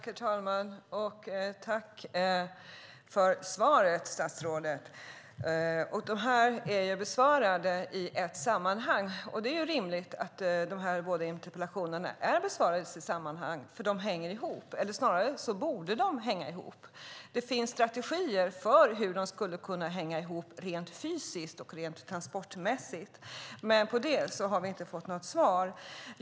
Herr talman! Jag tackar statsrådet för svaret. De här båda interpellationerna är besvarade i ett sammanhang, och det är rimligt att de är besvarade i ett sammanhang. De hänger nämligen ihop - eller snarare borde de hänga ihop. Det finns strategier för hur de skulle kunna hänga ihop rent fysiskt och transportmässigt, men när det gäller det har vi inte fått något svar.